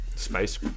Space